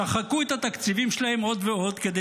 שחקו את התקציבים שלהם עוד ועוד כדי